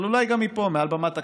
אבל אולי גם מפה, מעל במת הכנסת,